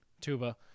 Tuba